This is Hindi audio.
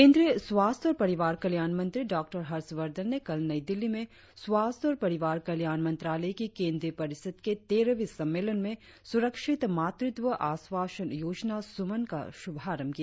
केंद्रीय स्वास्थ्य और परिवार कल्याण मंत्री डॉक्टर हर्षवर्धन ने कल नई दिल्ली में स्वास्थ्य और परिवार कल्याण मंत्रालय की केंद्रीय परिषद के तेरहवीं सम्मेलन में सुरक्षित मातृत्व आश्वासन योजना सुमन का शुभारंभ किया